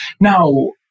Now